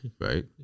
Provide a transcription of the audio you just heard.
Right